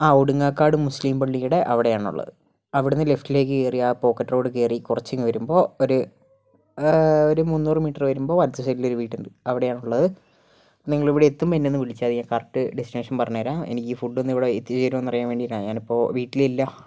ആ ഒടുങ്ങാക്കാട് മുസ്ലിം പള്ളിയുടെ അവിടെയാണ് ഉള്ളത് അവിടുന്ന് ലെഫ്റ്റിലേക്ക് കേറി ആ പോക്കറ്റ് റോഡ് കേറി കൊറച്ച് ഇങ് വരുമ്പോ ഒരു മൂന്നൂർ മീറ്റർ വരുമ്പോൾ വലത്ത് സൈഡിൽ ഒരു വീടുണ്ട് അവിടെയാണ് ഉള്ളത് നിങ്ങൾ ഇവിടെ എത്തുമ്പം എന്നെ ഒന്ന് വിളിച്ചാൽ മതി കറക്റ്റ് ഡെസ്റ്റിനേഷൻ പറഞ്ഞു തരാം എനിക്ക് ഫുഡ് ഒന്ന് ഇവിടെ എത്തിച്ച് തരുമോ എന്ന് അറിയാൻ വേണ്ടീട്ടാണ് ഞാൻ ഇപ്പൊൾ വീട്ടിൽ ഇല്ല